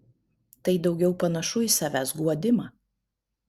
tai daugiau panašu į savęs guodimą